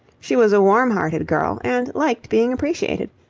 she was a warm-hearted girl and liked being appreciated.